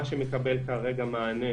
מה שמקבל כרגע מענה